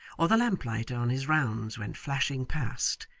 or the lamplighter on his rounds went flashing past,